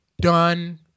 done